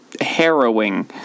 harrowing